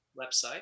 website